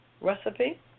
recipe